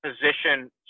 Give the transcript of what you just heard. position